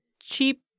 cheap